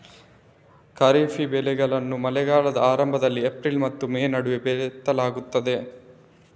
ಖಾರಿಫ್ ಬೆಳೆಗಳನ್ನು ಮಳೆಗಾಲದ ಆರಂಭದಲ್ಲಿ ಏಪ್ರಿಲ್ ಮತ್ತು ಮೇ ನಡುವೆ ಬಿತ್ತಲಾಗ್ತದೆ